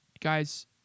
guys